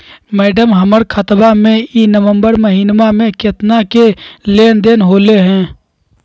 madam, हमर खाता में ई नवंबर महीनमा में केतना के लेन देन होले है